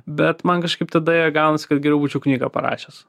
bet man kažkaip tada jie gaunasi kad geriau būčiau knygą parašęs